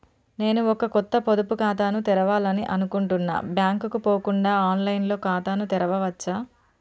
నేను ఒక కొత్త పొదుపు ఖాతాను తెరవాలని అనుకుంటున్నా బ్యాంక్ కు పోకుండా ఆన్ లైన్ లో ఖాతాను తెరవవచ్చా?